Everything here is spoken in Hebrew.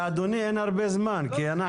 כל אחד מדבר מנהמת לבו.